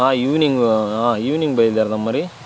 evening evening బయిలుదేరదామా మరి